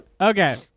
Okay